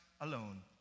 alone